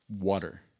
Water